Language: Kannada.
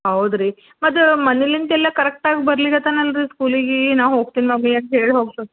ಹೌದ್ರಿ ಅದು ಮನೆಯಲ್ಲಿಂದೆಲ್ಲ ಕರೆಕ್ಟಾಗಿ ಬರ್ಲಿಕ್ಕತ್ತಾನ ಅಲ್ಲ ರೀ ಸ್ಕೂಲಿಗೆ ನಾನು ಹೋಗ್ತೀನಿ ಮಮ್ಮಿ ಅಂಥೇಳಿ ಹೋಗ್ತಾ